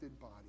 body